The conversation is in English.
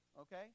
okay